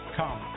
come